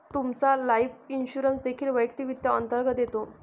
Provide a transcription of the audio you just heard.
तुमचा life insurance देखील वैयक्तिक वित्त अंतर्गत येतो